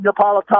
Napolitano